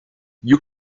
you